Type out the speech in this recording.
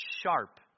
sharp